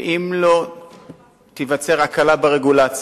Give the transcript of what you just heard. ואם לא תיווצר הקלה ברגולציה,